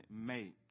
make